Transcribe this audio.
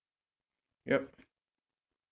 yup